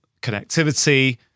connectivity